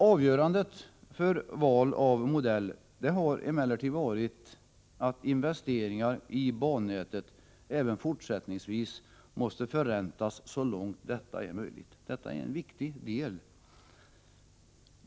Avgörande för val av modell har varit att investeringar i bannätet även fortsättningsvis måste förräntas så långt möjligt. Det är en viktig del i sammanhanget.